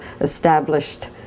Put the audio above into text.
established